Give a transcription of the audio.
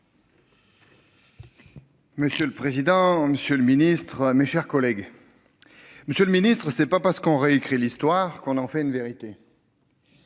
Monsieur le président, Monsieur le Ministre, mes chers collègues. Monsieur le Ministre, ce n'est pas parce qu'on réécrit l'histoire qu'on en fait une vérité.